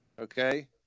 okay